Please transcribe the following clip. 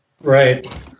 right